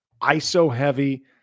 ISO-heavy